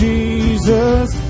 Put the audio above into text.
Jesus